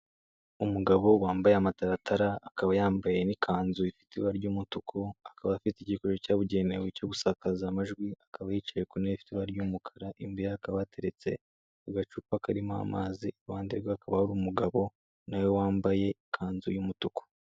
Umugabo wambaye amataratara akaba yambaye n'ikanzu ifite ibara ry'umutuku, akaba afite igikoresho cyabugenewe cyo gusakaza amajwi, akaba yicaye ku ntebe ifite ibara ry'umukara, imbere ye hakaba hateretse agacupa karimo amazi, iruhande rwe hakaba hari umugabo nawe wambaye ikanzu y'umutuku.